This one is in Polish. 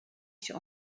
się